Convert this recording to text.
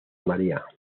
maría